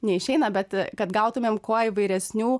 neišeina bet kad gautumėm kuo įvairesnių